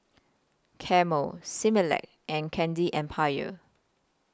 Camel Similac and Candy Empire